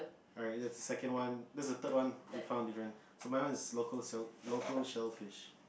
alright the second one that's the third one we found different somewhere else is local sell local shellfish